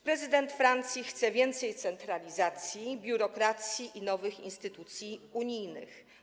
Prezydent Francji chce więcej centralizacji, biurokracji i nowych instytucji unijnych.